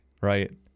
right